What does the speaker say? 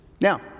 Now